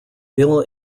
bill